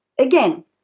again